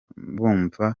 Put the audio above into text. bumva